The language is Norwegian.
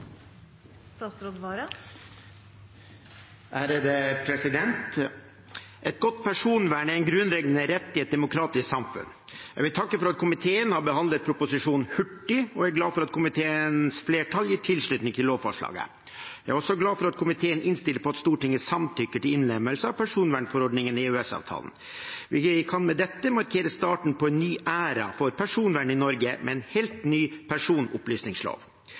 en grunnleggende rettighet i et demokratisk samfunn. Jeg vil takke for at komiteen har behandlet proposisjonen hurtig og er glad for at komiteens flertall gir tilslutning til lovforslaget. Jeg er også glad for at komiteen innstiller på at Stortinget samtykker til innlemmelse av personvernforordningen i EØS-avtalen. Vi kan med dette markere starten på en ny æra for personvern i Norge, med en helt ny personopplysningslov.